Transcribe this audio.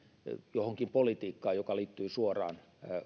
johonkin politiikkaan joka liittyy suoraan